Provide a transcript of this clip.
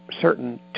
certain